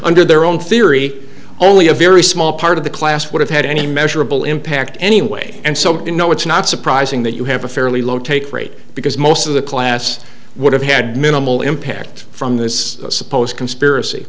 under their own theory only a very small part of the class would have had any measurable impact anyway and so you know it's not surprising that you have a fairly low take rate because most of the class would have had minimal impact from this supposed conspiracy